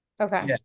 Okay